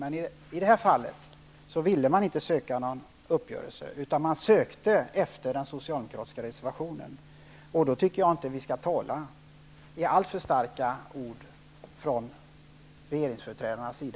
Men i detta fall ville man inte söka någon uppgörelse, utan man sökte efter den socialdemokratiska reservationen. Då tycker jag inte att regeringsföreträdarna skall tala med alltför starka ord.